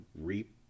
reap